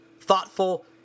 thoughtful